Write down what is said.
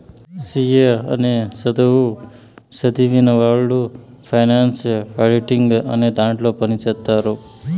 C A అనే సధువు సదివినవొళ్ళు ఫైనాన్స్ ఆడిటింగ్ అనే దాంట్లో పని చేత్తారు